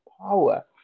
power